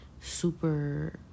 super